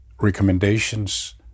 recommendations